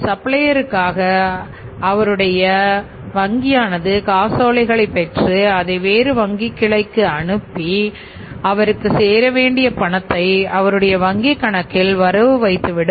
சப்ளையருக்காக அவருடைய வங்கியானது காசோலைகளை பெற்று அதை வேறு வங்கிக் கிளைக்கு அனுப்பி அவருக்கு சேர வேண்டிய பணத்தை அவருடைய வங்கிக் கணக்கில் வரவு வைத்து விடும்